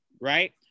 right